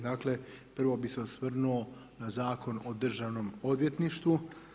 Dakle, prvo bih se osvrnuo na Zakon o Državnom odvjetništvu.